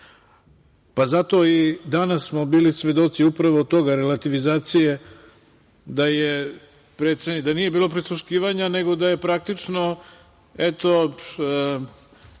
zato i danas smo bili svedoci upravo toga, relativizacije da nije bilo prisluškivanja nego da je praktično svih